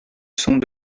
sont